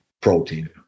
protein